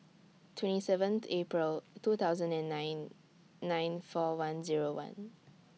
twenty seven April two thousand and nine nine four one Zero one